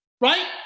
right